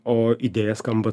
o idėja skamba